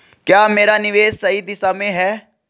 क्या मेरा निवेश सही दिशा में है?